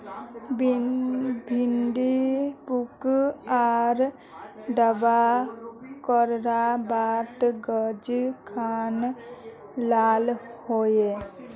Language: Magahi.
भिन्डी पुक आर दावा करार बात गाज खान लाल होए?